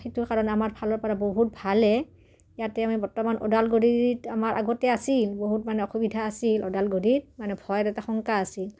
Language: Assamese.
সেইটো কাৰণে আমাৰ ফালৰ পৰা বহুত ভালে ইয়াতে আমি বৰ্তমান ওদালগুৰিত আমাৰ আগতে আছিল বহুত মানে অসুবিধা আছিল ওদালগুৰিত মানে ভয়ত এটা শংকা আছিল